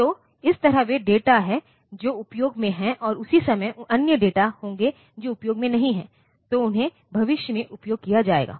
तो इस तरह वे डेटा हैं जो उपयोग में हैं और उसी समय अन्य डेटा होंगे जो उपयोग में नहीं हैं तो उन्हें भविष्य में उपयोग किया जाएगा